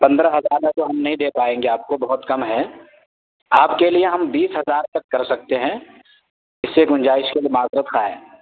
پندرہ ہزار میں تو ہم نہیں دے پائیں گے آپ کو بہت کم ہے آپ کے لیے ہم بیس ہزار تک کر سکتے ہیں اس سے گنجائش کے لیے معذرت خواہ ہیں